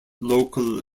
local